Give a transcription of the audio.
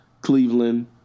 Cleveland